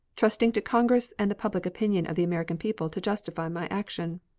trusting to congress and the public opinion of the american people to justify my action.